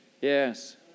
Yes